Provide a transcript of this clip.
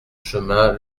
chemin